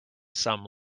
some